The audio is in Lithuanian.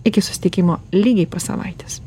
iki susitikimo lygiai po savaitės